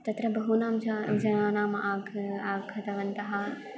तत्र बहूनां झा जनानाम् अग्रे आगतवन्तः